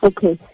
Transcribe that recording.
Okay